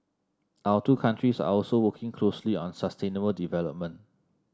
our two countries are also working closely on sustainable development